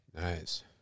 Nice